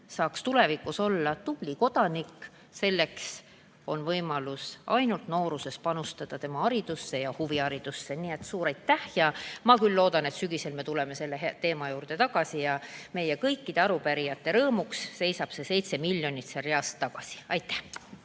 saaks tulevikus olla tubli kodanik, tuleb tema nooruses panustada tema haridusse ja huviharidusse. Nii et suur aitäh ja ma väga loodan, et sügisel me tuleme selle teema juurde tagasi ja kõikide arupärijate rõõmuks seisab see 7 miljonit seal real jälle. Aitäh!